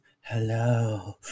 hello